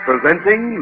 Presenting